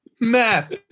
math